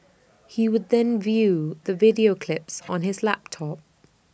he would then view the video clips on his laptop